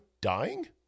dying